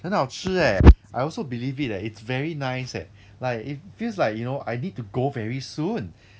很好吃 leh I also believe it uh it's very nice eh it feels like you know I need to go very soon